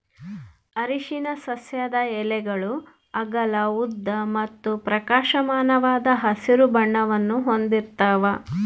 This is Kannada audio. ಅರಿಶಿನ ಸಸ್ಯದ ಎಲೆಗಳು ಅಗಲ ಉದ್ದ ಮತ್ತು ಪ್ರಕಾಶಮಾನವಾದ ಹಸಿರು ಬಣ್ಣವನ್ನು ಹೊಂದಿರ್ತವ